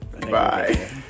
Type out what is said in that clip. Bye